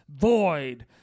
void